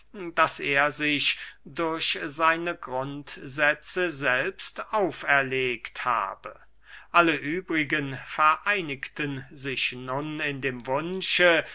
das er sich durch seine grundsätze selbst auferlegt habe alle übrigen vereinigten sich nun in dem wunsche